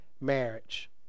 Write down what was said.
marriage